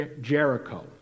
Jericho